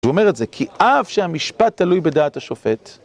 הוא אומר את זה כי אף שהמשפט תלוי בדעת השופט